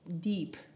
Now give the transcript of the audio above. deep